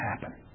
happen